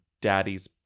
daddy's